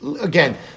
again